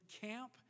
camp